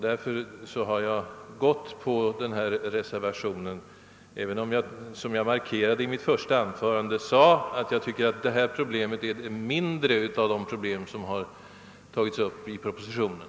Därför har jag undertecknat reservation 3, såsom jag sade i mitt första anförande, även om jag tycker att detta problem är ett av de mindre problem som har tagits upp i propositionen.